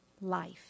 life